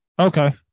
Okay